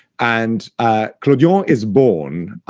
and clodion is born